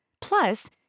Plus